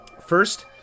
First